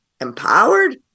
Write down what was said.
empowered